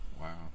wow